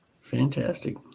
Fantastic